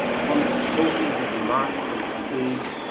from the trophies of mart and stage,